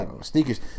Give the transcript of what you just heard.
Sneakers